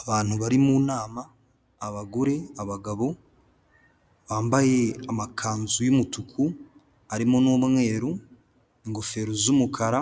Abantu bari mu nama, abagore, abagabo bambaye amakanzu y'umutuku arimo n'umweru, ingofero z'umukara,